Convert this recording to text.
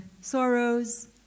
sorrows